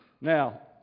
Now